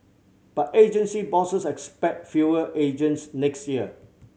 but agency bosses expect fewer agents next year